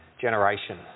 generation